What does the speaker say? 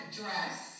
dress